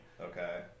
Okay